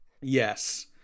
Yes